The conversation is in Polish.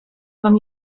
wam